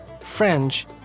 French